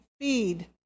feed